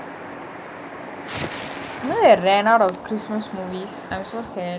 you know I ran out of christmas movies I'm so sad